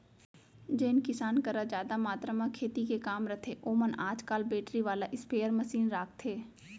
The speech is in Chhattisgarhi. जेन किसान करा जादा मातरा म खेती के काम रथे ओमन आज काल बेटरी वाला स्पेयर मसीन राखथें